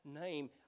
name